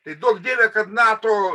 tai duok dieve kad nato